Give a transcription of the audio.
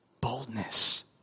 Boldness